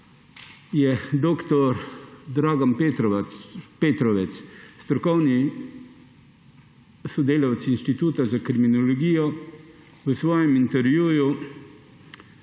dr. Dragan Petrovec, strokovni sodelavec Inštituta za kriminologijo v svojem intervjuju